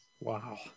Wow